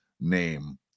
name